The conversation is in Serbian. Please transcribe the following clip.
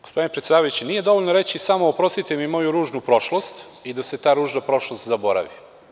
Gospodine predsedavajući, nije dovoljno reći samo – oprostite mi moju ružnu prošlost, i da se ta ružna prošlost zaboravi.